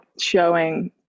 showing